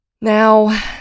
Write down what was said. Now